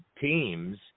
teams